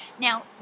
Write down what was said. Now